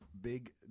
Big